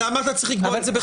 אז למה אתה צריך לקבוע את זה?